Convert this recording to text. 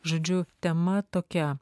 žodžiu tema tokia